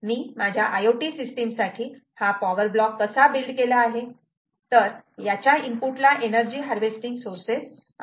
मी माझ्या IoT system साठी हा पॉवर ब्लॉक कसा बिल्ड केला आहे तर याच्या इनपुटला एनर्जी हार्वेस्टिंग सौर्सेस आहेत